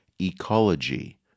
ecology